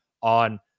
on